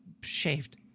shaved